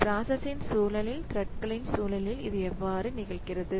இந்த பிராசசின் சூழலில் த்ரெட்களின் சூழலில் இது எவ்வாறு நிகழ்கிறது